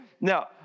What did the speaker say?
Now